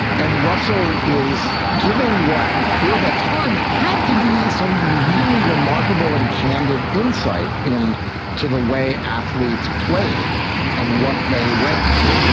and russell is giving what for the time had to be some really remarkable and candid insight in to the way athletes played and what they went through.